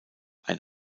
ein